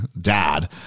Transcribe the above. dad